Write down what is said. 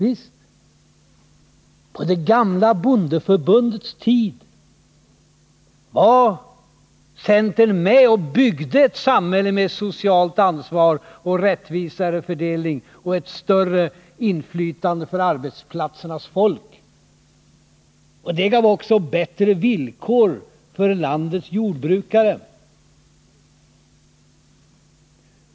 Visst — på det gamla bondeförbundets tid var centern med och byggde ett samhälle med socialt ansvar och rättvisare fördelning och ett större inflytande för arbetsplatsernas folk, och det gav också bättre villkor för landets jordbrukare.